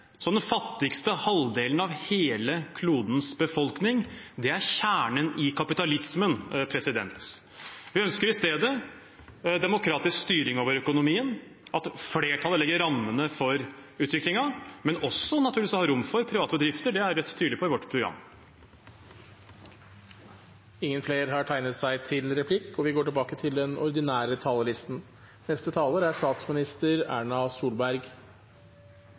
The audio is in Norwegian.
den fattigste halvdelen av hele klodens befolkning. Det er kjernen i kapitalismen. Vi ønsker i stedet demokratisk styring over økonomien, at flertallet legger rammene for utviklingen, men også naturligvis å ha rom for private bedrifter. Det er Rødt tydelig på i sitt program. Replikkordskiftet er omme. Granavolden-plattformen peker ut en tydelig retning for å løse de store utfordringene Norge står overfor. Arbeidet er